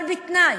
אבל בתנאי